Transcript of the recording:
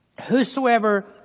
Whosoever